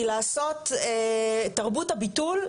כי לעשות תרבות הביטול,